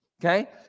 Okay